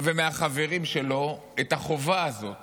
ומהחברים שלו את החובה הזאת